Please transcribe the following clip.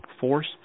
force